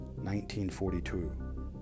1942